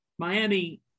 Miami